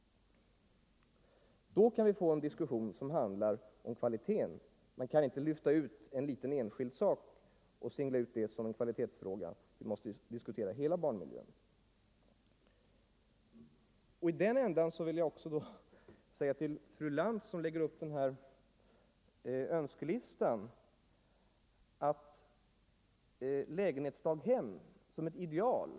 Då kan vi få en diskussion som handlar om kvalitet. Man kan inte ta en liten enskild del och singla ut den som en kvalitetsfråga. Vi måste diskutera hela barnmiljön. Fru Lantz har lagt fram en önskelista som bl.a. upptar lägenhetsdaghem som ett ideal.